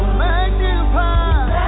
magnify